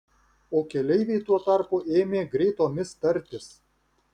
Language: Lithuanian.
o keleiviai tuo tarpu ėmė greitomis tartis